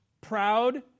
proud